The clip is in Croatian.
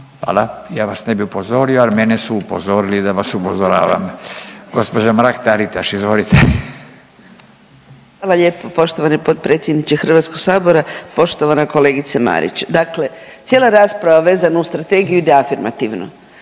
Hvala. Ja vas ne bi upozorio, ali mene su upozorili da vas upozoravam. Gospođa Mrak Taritaš izvolite. **Mrak-Taritaš, Anka (GLAS)** Hvala lijepo. Poštovani potpredsjedniče HS-a, poštovana kolegice Marić. Dakle, cijela rasprava vezana uz strategiju ide afirmativno,